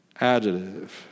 adjective